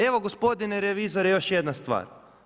Evo, gospodine revizor još jedna stvar.